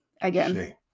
Again